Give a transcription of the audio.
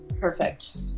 perfect